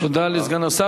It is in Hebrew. תודה לסגן השר.